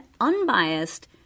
unbiased